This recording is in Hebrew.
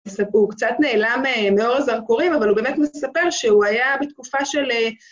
הוא קצת נעלם מאור הזרקורים, אבל הוא באמת מספר שהוא היה בתקופה של...